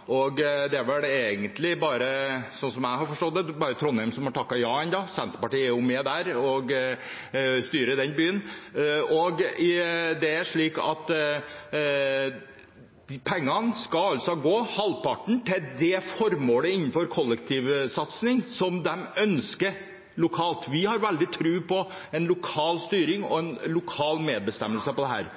forstått det – vel egentlig bare Trondheim som har takket ja til ennå. Senterpartiet er med og styrer den byen. Det er sånn at av de pengene skal halvparten gå til det formålet innenfor kollektivsatsing som de ønsker lokalt. Vi har veldig tro på lokal styring og lokal medbestemmelse i dette.